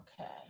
Okay